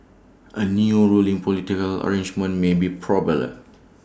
A new ruling political arrangement may be probable